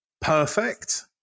perfect